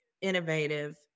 innovative